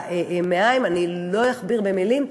במעיים, ולא אכביר מילים.